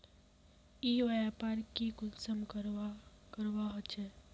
ई व्यापार की कुंसम करवार करवा होचे?